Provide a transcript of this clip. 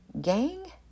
Gang